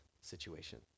situation